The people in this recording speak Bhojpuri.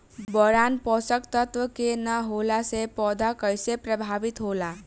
बोरान पोषक तत्व के न होला से पौधा कईसे प्रभावित होला?